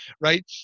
right